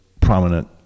prominent